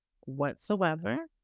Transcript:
whatsoever